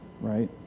right